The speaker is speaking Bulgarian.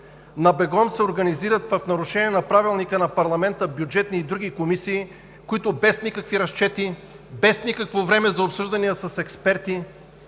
на бегом се организират, в нарушение на Правилника на парламента, Бюджетната и други комисии. Без никакви разчети, без никакво време за обсъждания с експерти,